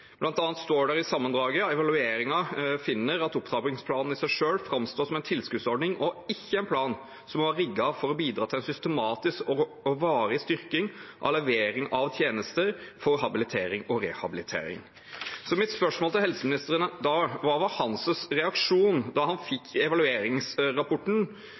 står det i sammendraget: «Evalueringen finner at opptrappingsplanen i seg selv fremstår som en tilskuddsordning og ikke en plan som var rigget for å bidra til en systematisk og varig styrking av levering av tjenester for habilitering og rehabilitering.» Mitt spørsmål til helseministeren er da: Hva var hans reaksjon da han